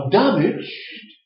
damaged